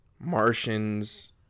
martians